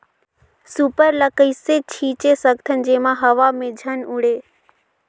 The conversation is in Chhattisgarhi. सुपर ल कइसे छीचे सकथन जेमा हवा मे झन उड़े?